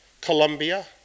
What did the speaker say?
Colombia